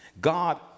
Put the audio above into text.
God